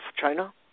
China